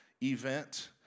event